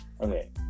Okay